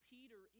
Peter